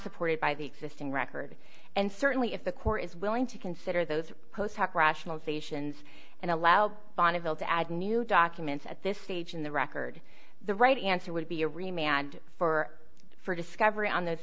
supported by the existing record and certainly if the court is willing to consider those post hoc rationalization and allow the bonneville to add new documents at this stage in the record the right answer would be a rematch and for for discovery on those